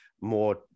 more